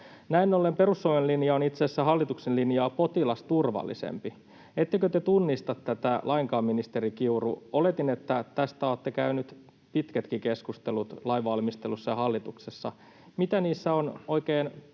Näin ollen perussuomalainen linja on itse asiassa hallituksen linjaa potilasturvallisempi. Ettekö te tunnista tätä lainkaan, ministeri Kiuru? Oletin, että tästä olette käyneet pitkätkin keskustelut lainvalmistelussa ja hallituksessa. Mihin on